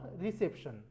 reception